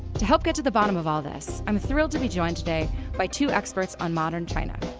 to help get to the bottom of all this i'm thrilled to be joined today by two experts on modern china.